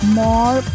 more